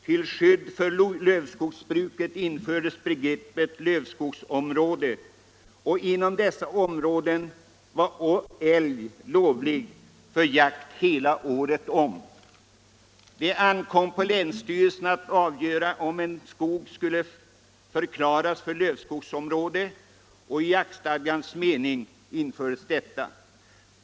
Till skydd för lövskogsbruket infördes då begreppet lövskogsområde, och inom sådana områden var älg lovlig för jakt hela året. Det ankom på länsstyrelsen att avgöra om en skog skulle förklaras för lövskogsområde, och begreppet infördes också i jaktstadgan.